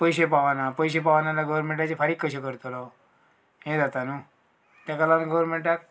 पयशे पावना पयशे पावना जाल्यार गोवोरमेंटाचे फारीक कशे करतलो हें जाता न्हू तेका लागून गोरमेंटाक